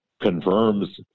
confirms